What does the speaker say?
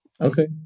Okay